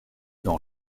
dans